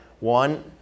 One